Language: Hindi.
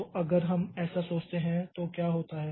तो अगर हम ऐसा सोचते हैं तो क्या होता है